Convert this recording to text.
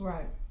Right